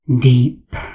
Deep